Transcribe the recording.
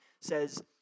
says